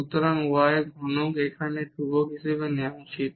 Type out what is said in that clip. সুতরাং y ঘনক এখানে ধ্রুবক হিসাবে নেওয়া হবে